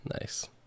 Nice